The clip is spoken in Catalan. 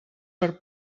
per